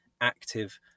active